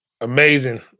Amazing